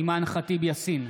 אימאן ח'טיב יאסין,